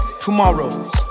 tomorrows